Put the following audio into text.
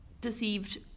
deceived